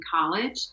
college